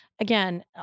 again